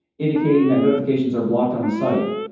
indicating that notifications are blocked on the site.